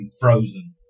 Frozen